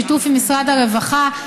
בשיתוף עם משרד הרווחה,